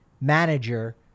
manager